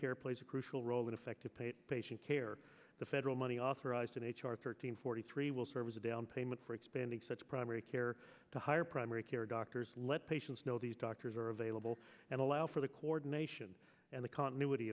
care plays a crucial role in effective paid patient care the federal money authorized in h r thirteen forty three will serve as a down payment for expanding such primary care to higher primary care doctors let patients know these doctors are available and allow for the coordination and the continuity